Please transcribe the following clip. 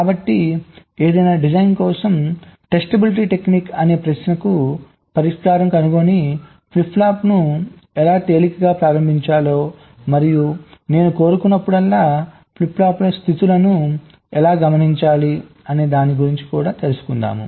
కాబట్టిఏదైనా design కోసం testability technique అనే ప్రశ్నకు పరిష్కారం కనుగొని ఫ్లిప్ ఫ్లాప్ను ఎలా తేలికగా ప్రారంభించాలో మరియు నేను కోరుకున్నప్పుడల్లా ఫ్లిప్ ఫ్లాప్ల స్థితులను ఎలా గమనించాలి అనేదాని గురించి తెలుసుకుందాము